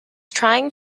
trying